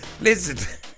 Listen